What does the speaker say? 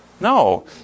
No